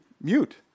mute